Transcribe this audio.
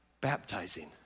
Baptizing